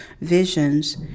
visions